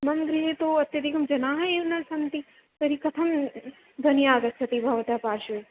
मम् गृहे तु अत्यधिकं जनाः एव न सन्ति तर्हि कथं ध्वनिः आगच्छति भवतः पार्श्वे